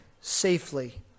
safely